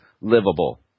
livable